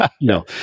No